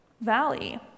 valley